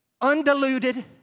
undiluted